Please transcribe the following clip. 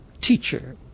teacher